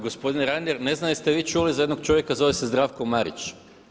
Gospodine Reiner ne znam jeste li vi čuli za jednog čovjeka zove se Zdravko Marić.